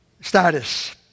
status